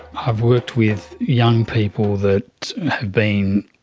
i've worked with young people that have been,